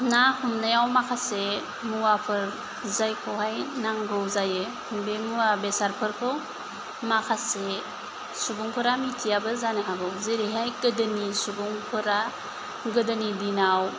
ना हमनायाव माखासे मुवाफोर जायखौहाय नांगौ जायो बे मुवा बेसादफोरखौ माखासे सुबुंफोरा मिथियाबो जानो हागौ जेरैहाय गोदोनि सुबुंफोरा गोदोनि दिनाव